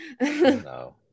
No